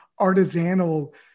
artisanal